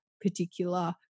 particular